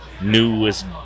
newest